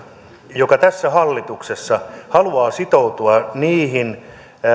joka tässä hallituksessa haluaa sitoutua niihin